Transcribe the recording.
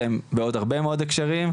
שהם בעוד הרבה מאוד הקשרים.